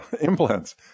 implants